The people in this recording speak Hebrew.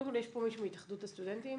יש פה מישהו מהתאחדות הסטודנטים?